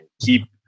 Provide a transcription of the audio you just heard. keep